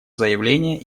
заявление